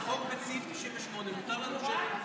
זה חוק, סעיף 98. מותר לנו שמית.